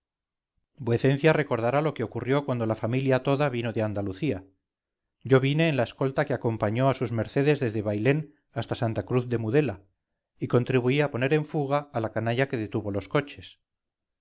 lo estará mañana vuecencia recordará lo que ocurrió cuando la familia toda vino de andalucía yo vine en la escolta que acompañó a sus mercedes desde bailén hasta santa cruz de mudela y contribuí a poner en fuga a la canalla que detuvo los coches